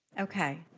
Okay